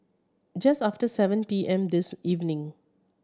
just after seven P M this evening